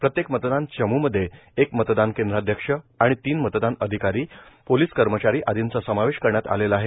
प्रत्येक मतदान चम्मध्ये एक मतदान केंद्राध्यक्ष व तीन मतदान अधिकारी पोलीस कर्मचारी आर्दीचा समावेश करण्यात आलेला आहे